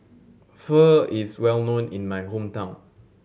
pho is well known in my hometown